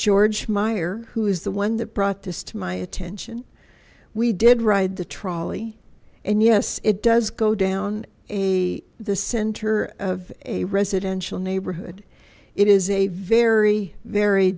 george meyer who is the one that brought this to my attention we did ride the trolley and yes it does go down the the center of a residential neighborhood it is a very very